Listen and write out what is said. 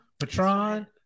Patron